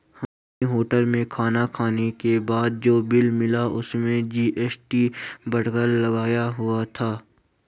हमें होटल में खाना खाने के बाद जो बिल मिला उसमें जी.एस.टी बढ़ाकर लगाया हुआ था